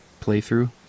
playthrough